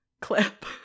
clip